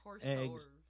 eggs